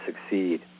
succeed